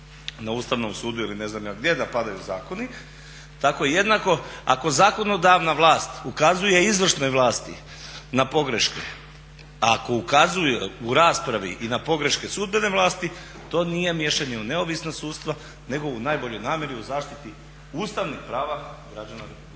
na Ustavnom sudu ili ne znam ni ja gdje, da padaju zakoni. Tako jednako ako zakonodavna vlast ukazuje izvršnoj vlasti na pogreške, ako ukazuje u raspravi i na pogreške sudbene vlasti to nije miješanje u neovisnost sudstva nego u najboljoj namjeri u zaštiti ustavnih prava građana RH.